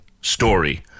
story